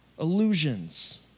illusions